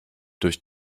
durch